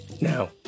now